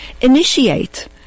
Initiate